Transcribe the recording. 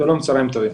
צהריים טובים.